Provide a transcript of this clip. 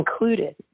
included